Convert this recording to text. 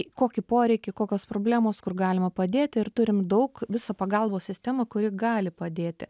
kokį poreikį kokios problemos kur galima padėti ir turim daug visą pagalbos sistemą kuri gali padėti